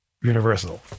universal